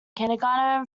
kindergarten